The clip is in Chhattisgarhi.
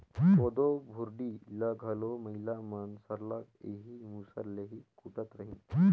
कोदो भुरडी ल घलो महिला मन सरलग एही मूसर ले ही कूटत रहिन